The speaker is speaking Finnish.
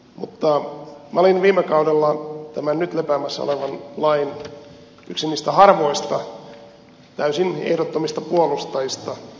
mutta minä olin viime kaudella tämän nyt lepäämässä olevan lain yksi niistä harvoista täysin ehdottomista puolustajista